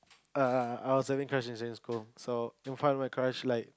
err I was having crush in secondary school so in front of my crush like